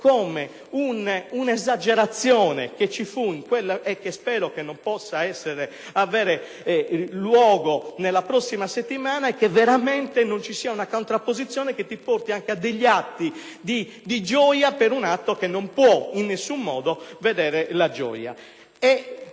come un'esagerazione che spero non possa avere luogo la prossima settimana; spero veramente che non ci sia una contrapposizione che porti ad atti di gioia per un fatto che non può in alcun modo vedere la gioia.